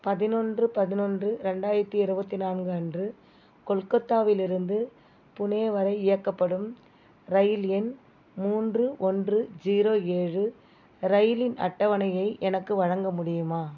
பதினொன்று பதினொன்று ரெண்டாயிரத்தி இருபத்தி நான்கு அன்று கொல்கத்தாவிலிருந்து புனே வரை இயக்கப்படும் ரயில் எண் மூன்று ஒன்று ஜீரோ ஏழு ரயிலின் அட்டவணையை எனக்கு வழங்க முடியுமா